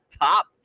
Top